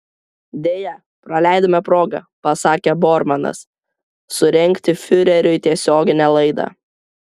deja praleidome progą pasakė bormanas surengti fiureriui tiesioginę laidą